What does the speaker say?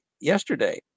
yesterday